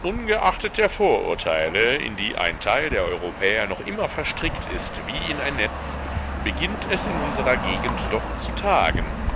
ungeachtet der vorurteile in die ein teil der europäer noch immer verstrickt ist wie in ein netz beginnt es in unserer gegend doch zu tagen